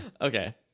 Okay